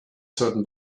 certain